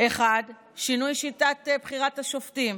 1. שינוי שיטת בחירת השופטים.